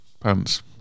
Pants